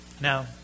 Now